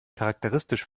charakteristisch